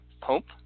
Pope